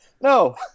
No